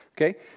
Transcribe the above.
Okay